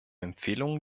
empfehlungen